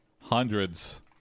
hundreds